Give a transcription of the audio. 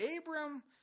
Abram